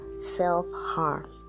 self-harm